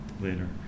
later